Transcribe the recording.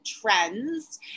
trends